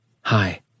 Hi